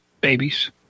babies